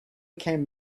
came